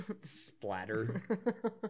splatter